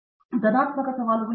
ಪ್ರತಾಪ್ ಹರಿಡೋಸ್ ಧನಾತ್ಮಕ ಸವಾಲುಗಳು